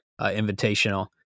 Invitational